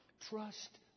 Trust